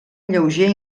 lleuger